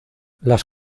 las